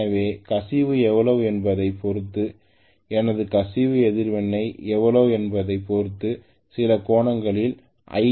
எனவே கசிவு எவ்வளவு என்பதைப் பொறுத்து எனது கசிவு எதிர்வினை எவ்வளவு என்பதைப் பொறுத்து சில கோணங்களில் I2l பின்தங்கி இருக்கிறது